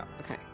Okay